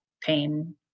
pain